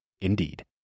indeed